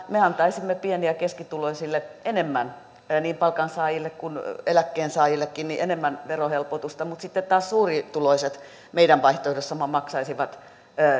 me antaisimme pieni ja keskituloisille enemmän niin palkansaajille kuin eläkkeensaajillekin enemmän verohelpotusta mutta sitten taas suurituloiset meidän vaihtoehdossamme maksaisivat